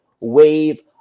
wave